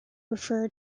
refer